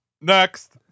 Next